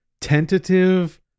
tentative